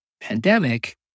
pandemic